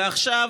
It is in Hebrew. ועכשיו